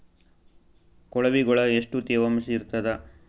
ಕೊಳವಿಗೊಳ ಎಷ್ಟು ತೇವಾಂಶ ಇರ್ತಾದ?